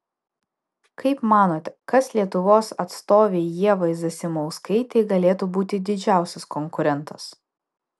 kaip manote kas lietuvos atstovei ievai zasimauskaitei galėtų būti didžiausias konkurentas